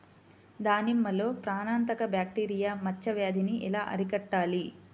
దానిమ్మలో ప్రాణాంతక బ్యాక్టీరియా మచ్చ వ్యాధినీ ఎలా అరికట్టాలి?